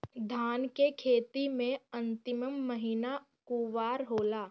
धान के खेती मे अन्तिम महीना कुवार होला?